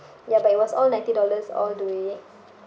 ya but it was all ninety dollars all the way